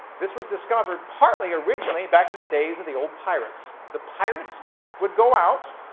this was discovered partly, originally, back in the days of the old pirates. the pirates would go out.